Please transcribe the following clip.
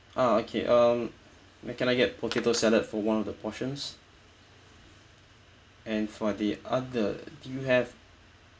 ah okay um then can I get potato salad for one of the portions and for the other do you have